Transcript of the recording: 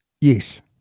Yes